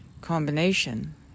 combination